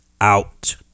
out